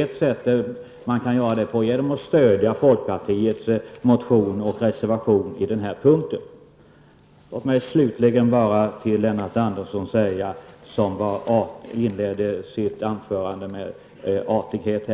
Ett sätt att göra det på är att stödja folkpartiets reservation på den punkten. Lennart Andersson inledde sitt anförande med en artighet.